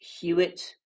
Hewitt